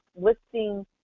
listing